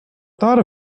thought